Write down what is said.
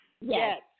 yes